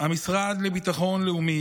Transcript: המשרד לביטחון לאומי,